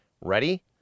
Ready